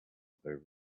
over